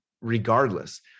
regardless